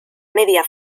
media